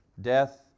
death